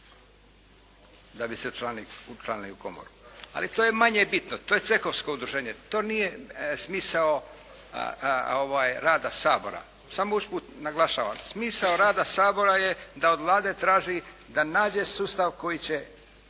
da bi se učlanili u Komoru? Ali to je manje bitno. To je cehovsko udruženje. To nije smisao rada Sabora. Samo usput naglašavam, smisao rada Sabora je da od Vlade traži da nađe sustav koji će